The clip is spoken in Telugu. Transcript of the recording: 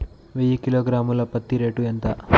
వెయ్యి కిలోగ్రాము ల పత్తి రేటు ఎంత?